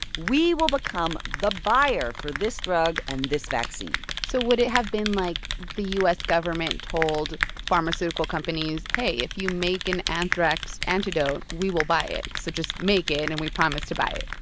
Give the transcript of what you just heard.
we will become the buyer for this drug and this vaccine so would it have been like the u s. government told pharmaceutical companies, hey, if you make an anthrax antidote, we will buy it, so just make it, and we promise to buy it?